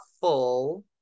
full